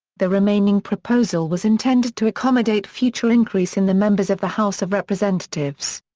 the remaining proposal was intended to accommodate future increase in the members of the house of representatives.